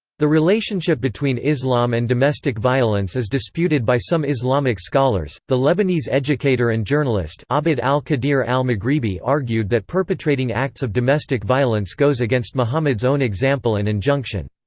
the relationship between islam and domestic violence is disputed by some islamic scholars the lebanese educator and journalist abd al-qadir al-maghribi argued that perpetrating acts of domestic violence goes against muhammad's own example and injunction.